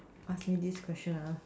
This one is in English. ask me this question